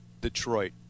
Detroit